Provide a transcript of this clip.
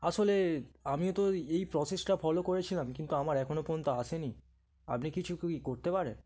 আসলে আমিও তো এই প্রসেসটা ফলো করেছিলাম কিন্তু আমার এখনও পর্যন্ত আসেনি আপনি কিছু কি করতে পারেন